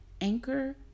Anchor